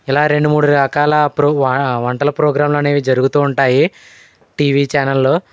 ఇలా రెండు మూడు రకాల ప్రో వంటలు ప్రోగ్రాంలు అనేవి జరుగుతూ ఉంటాయి టీవీ ఛానల్లో